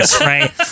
right